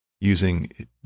using